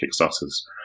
Kickstarter's